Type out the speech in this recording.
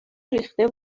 ریخته